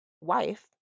wife